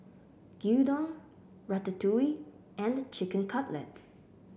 Gyudon Ratatouille and Chicken Cutlet